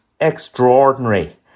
extraordinary